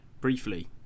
briefly